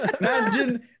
imagine